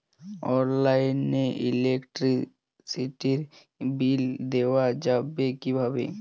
অনলাইনে ইলেকট্রিসিটির বিল দেওয়া যাবে কিভাবে?